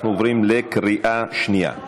אנחנו עוברים לקריאה שנייה.